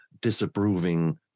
disapproving